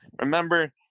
Remember